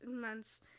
months